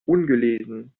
ungelesen